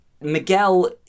Miguel